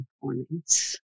components